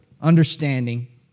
Understanding